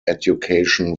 education